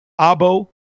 Abo